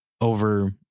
over